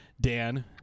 Dan